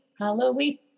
Halloween